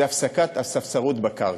זה הפסקת הספסרות בקרקע.